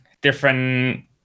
different